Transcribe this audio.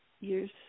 years